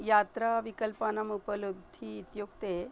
यात्राविकल्पानाम् उपलब्धिः इत्युक्ते